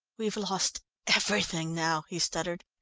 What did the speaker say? we've lost everything now, he stuttered,